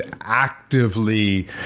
actively